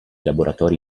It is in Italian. laboratori